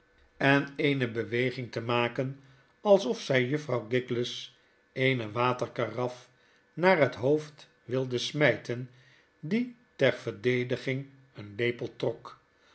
en eene beweging te maken alsof zy juffrouw giggless eene waterkaraf naar het hoofd wilde smy ten die ter verdediging een lepel trok